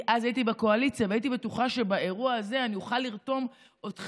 כי אז הייתי בקואליציה והייתי בטוחה שבאירוע הזה אני אוכל לרתום אתכם,